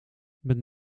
met